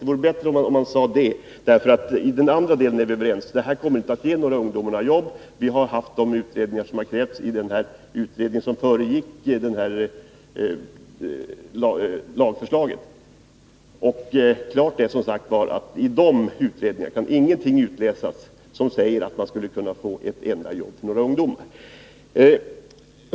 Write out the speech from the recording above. Det vore bättre om man sade detta, därför att när det gäller den andra delen är vi överens. Det här kommer inte att ge några ungdomar jobb. Vi har gjort de undersökningar som har krävts i den utredning som föregick framläggandet av detta lagförslag. Klart är som sagt att det ur de utredningarna inte kan utläsas att man kan få ett enda ytterligare jobb för några ungdomar.